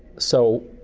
so